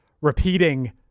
repeating